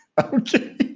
Okay